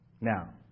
Now